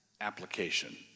application